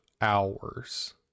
hours